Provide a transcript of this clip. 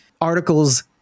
articles